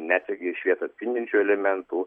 nesegi šviesą atspindinčių elementų